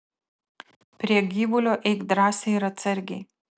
prie gyvulio eik drąsiai ir atsargiai